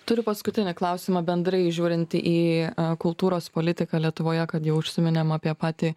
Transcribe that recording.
turiu paskutinį klausimą bendrai žiūrint į kultūros politiką lietuvoje kad jau užsiminėm apie patį